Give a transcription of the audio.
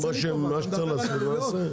מה שצריך לעשות נעשה.